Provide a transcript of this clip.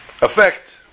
effect